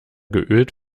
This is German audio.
geölt